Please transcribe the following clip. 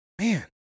Man